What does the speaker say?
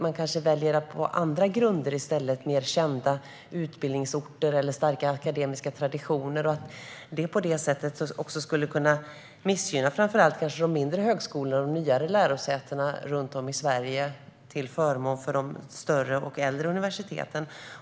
Man kanske då i stället gör sitt val på andra grunder, som till exempel välkända utbildningsorter eller starka akademiska traditioner, vilket skulle kunna missgynna de mindre högskolorna och de nyare lärosätena runt om i Sverige till förmån för de större och äldre universiteten.